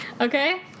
okay